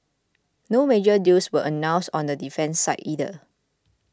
no major deals were announced on the defence side either